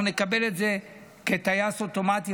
אנחנו נקבל את זה כטייס אוטומטי,